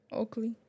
Oakley